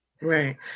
Right